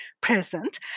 present